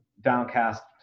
downcast